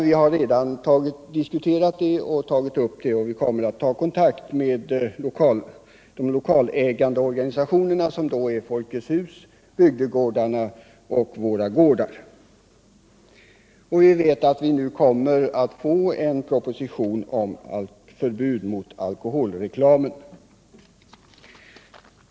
Vi har redan diskuterat detta och vi kommer att ta kontakt med de lokalägande organisationerna som då är Folkets hus, bygdegårdarna och Vår gård. Vi vet att vi nu kommer att få en proposition gällande förbud mot alkoholreklam.